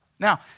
Now